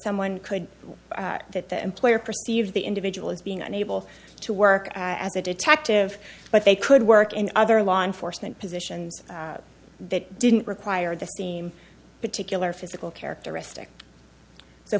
someone could that the employer perceived the individual as being unable to work as a detective but they could work in other law enforcement positions that didn't require the steam particular physical characteristics